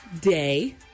day